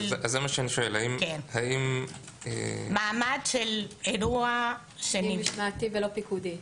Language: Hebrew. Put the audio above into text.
אז זה מה שאני שואל --- מעמד של אירוע --- דין משמעתי ולא פיקודי.